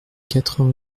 quatre